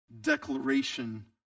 declaration